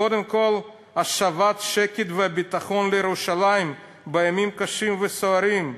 קודם כול השבת השקט והביטחון לירושלים בימים קשים וסוערים,